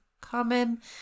common